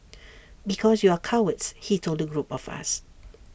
because you are cowards he told the group of us